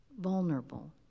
vulnerable